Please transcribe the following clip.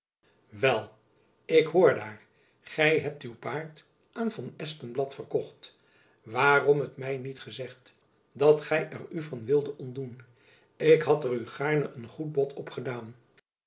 wel ik hoor daar gy hebt uw paard aan van espenblad verkocht waarom het my niet gezegd dat gy er u van wildet ontdoen ik had er u gaarne een goed bod op